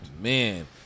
Man